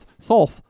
sulf